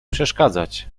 przeszkadzać